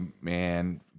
Man